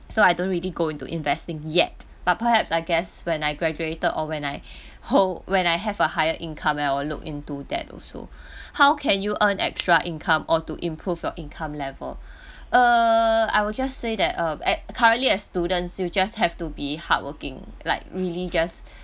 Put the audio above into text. so I don't really go into investing yet but perhaps I guess when I graduated or when I hold when I have a higher income then I will look into that also how can you earn extra income or to improve your income level err I would just say that uh at currently as student you just have to be hardworking like really just